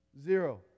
zero